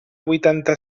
vuitanta